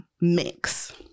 mix